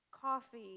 coffee